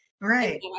Right